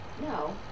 No